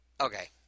okay